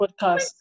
Podcast